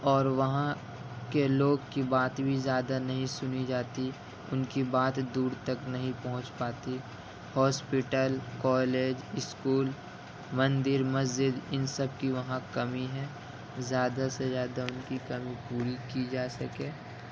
اور وہاں کے لوگ کی بات بھی زیادہ نہیں سنی جاتی اُن کی بات دور تک نہیں پہنچ پاتی ہاسپٹل کالج اسکول مندر مسجد ان سب کی وہاں کمی ہیں زیادہ سے زیادہ اُن کی کمی پوری کی جا سکے